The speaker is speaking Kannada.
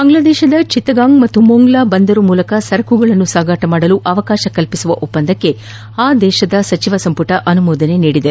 ಬಾಂಗ್ಲಾದೇಶದ ಚಿತ್ತಗಾಂಗ್ ಮತ್ತು ಮೊಂಗ್ಲಾ ಬಂದರು ಮೂಲಕ ಸರಕುಗಳನ್ನು ಸಾಗಿಸಲು ಅವಕಾಶ ಕಲ್ಪಿಸುವ ಒಪ್ಪಂದಕ್ಕೆ ಆ ದೇಶದ ಸಚಿವ ಸಂಮಟ ಅನುಮೋದನೆ ನೀಡಿದೆ